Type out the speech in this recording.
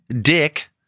Dick